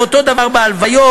ואותו דבר בהלוויות.